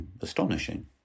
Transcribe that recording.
astonishing